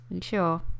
sure